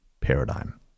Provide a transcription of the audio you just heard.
paradigm